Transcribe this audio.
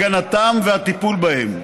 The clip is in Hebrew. הגנתם והטיפול בהם.